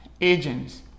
agents